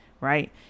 right